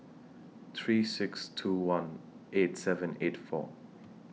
three six two one eight seven eight four